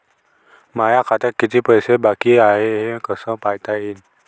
माया खात्यात कितीक पैसे बाकी हाय हे कस पायता येईन?